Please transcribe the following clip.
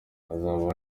hazaba